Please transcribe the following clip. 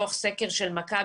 מתוך סקר של מכבי,